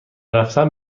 رفتن